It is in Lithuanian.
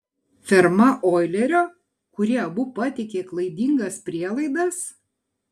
ferma oilerio kurie abu pateikė klaidingas prielaidas